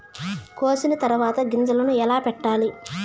కోసిన తర్వాత గింజలను ఎలా పెట్టాలి